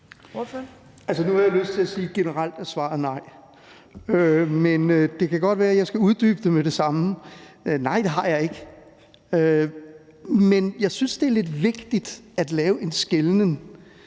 nu har jeg lyst til at sige: Generelt er svaret nej. Men det kan godt være, at jeg skal uddybe det med det samme: Nej, det har jeg ikke, men jeg synes, det er lidt vigtigt at lave en skelnen